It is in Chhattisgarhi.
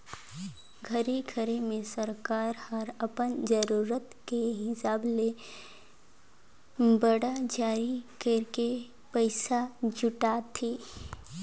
घरी घरी मे सरकार हर अपन जरूरत के हिसाब ले बांड जारी करके पइसा जुटाथे